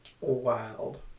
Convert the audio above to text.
wild